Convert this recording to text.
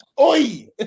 oi